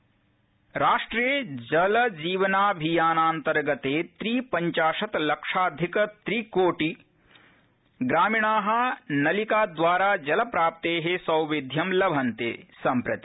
जल जीवन मिशन राष्ट्रे जल जीवनाभियान अन्तर्गते त्रिपंचाशत् लक्षाधिक त्रिकोटि ग्रामीणा नलिकाद्वारा जलप्राप्ते सौविध्यं लभन्ते सम्प्रति